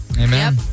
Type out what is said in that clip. Amen